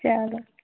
چلو